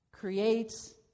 creates